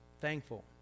thankful